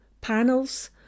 panels